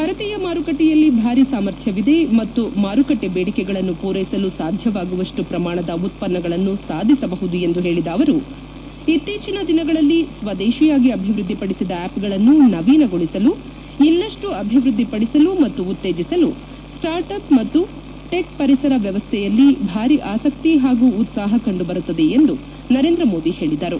ಭಾರತೀಯ ಮಾರುಕಟ್ಟೆಯಲ್ಲಿ ಭಾರಿ ಸಾಮರ್ಥ್ಯವಿದೆ ಮತ್ತು ಮಾರುಕಟ್ಟೆ ಬೇಡಿಕೆಗಳನ್ನು ಪೂರೈಸಲು ಸಾಧ್ಯವಾಗುವಷ್ಟು ಪ್ರಮಾಣದ ಉತ್ಪನ್ನಗಳನ್ನು ಸಾಧಿಸಬಹುದು ಎಂದು ಹೇಳಿದ ಅವರು ಇತ್ತೀಚನ ದಿನಗಳಲ್ಲಿ ಸ್ವದೇಶಿಯಾಗಿ ಅಭಿವೃದ್ಧಿಪಡಿಸಿದ ಆ್ಯಪ್ಗಳನ್ನು ನವೀನಗೊಳಿಸಲು ಇನ್ನಷ್ಟು ಅಭಿವೃದ್ಧಿಪಡಿಸಲು ಮತ್ತು ಉತ್ತೇಜಿಸಲು ಸ್ಟಾರ್ಟ್ಅಪ್ ಮತ್ತು ಟೆಕ್ ಪರಿಸರ ವ್ಯವಸ್ಥೆಯಲ್ಲಿ ಭಾರಿ ಆಸಕ್ತಿ ಮತ್ತು ಉತ್ಸಾಹ ಕಂಡು ಬರುತ್ತದೆ ಎಂದು ನರೇಂದ್ರ ಮೋದಿ ಹೇಳಿದರು